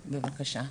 בבקשה.